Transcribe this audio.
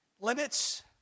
limits